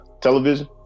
television